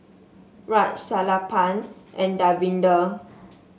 Raj Sellapan and Davinder